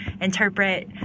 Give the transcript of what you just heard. interpret